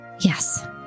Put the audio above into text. Yes